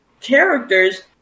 characters